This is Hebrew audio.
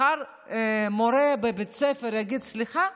מחר, מורה בבית ספר יגיד: סליחה,